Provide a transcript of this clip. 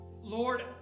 Lord